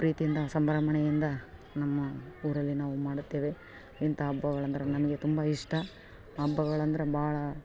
ಪ್ರೀತಿಯಿಂದ ಸಂಭ್ರಮಣೆಯಿಂದ ನಮ್ಮ ಊರಲ್ಲೇ ನಾವು ಮಾಡುತ್ತೇವೆ ಇಂಥ ಹಬ್ಬಗಳೆಂದರೆ ನಮಗೆ ತುಂಬ ಇಷ್ಟ ಹಬ್ಬಗಳಂದರೆ ಭಾಳ